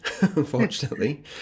unfortunately